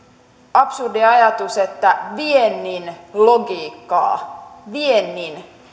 absurdi ajatus että viennin logiikkaa viennin